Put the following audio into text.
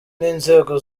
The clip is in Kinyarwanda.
n’inzego